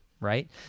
right